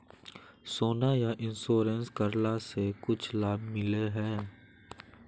सोना यह इंश्योरेंस करेला से कुछ लाभ मिले है?